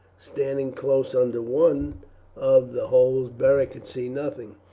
standing close under one of the holes beric could see nothing,